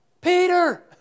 Peter